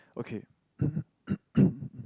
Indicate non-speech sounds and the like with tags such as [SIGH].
okay [COUGHS]